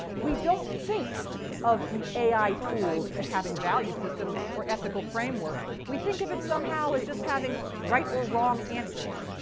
we don't think of the ai tools as having value systems or ethical frameworks. we think of it somehow as just having the right or wrong answer.